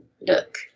look